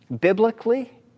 Biblically